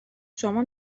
شما